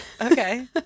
Okay